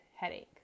headache